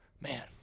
Man